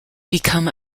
become